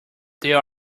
there